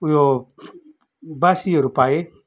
उयो बासीहरू पाएँ